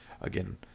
again